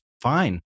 fine